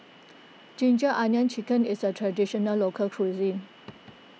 Ginger Onions Chicken is a Traditional Local Cuisine